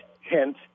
hint